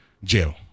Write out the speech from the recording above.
jail